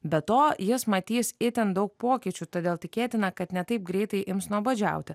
be to jis matys itin daug pokyčių todėl tikėtina kad ne taip greitai ims nuobodžiauti